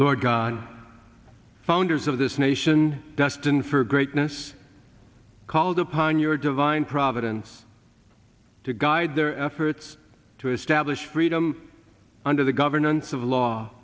lord god founders of this nation dustin for greatness called upon your divine providence to guide their efforts to establish freedom under the governance of law